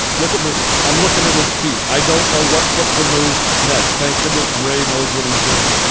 look at this. i'm looking at his feet. i don't know what foot to move next. thank goodness, ray knows what he's doing.